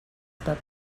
that